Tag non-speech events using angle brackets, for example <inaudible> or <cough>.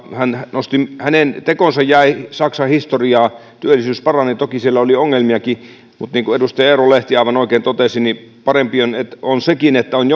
niin hänen tekonsa jäi saksan historiaan työllisyys parani toki siellä oli ongelmiakin mutta niin kuin edustaja eero lehti aivan oikein totesi parempi on sekin että on <unintelligible>